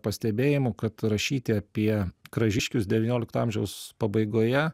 pastebėjimu kad rašyti apie kražiškius devyniolikto amžiaus pabaigoje